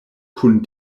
kun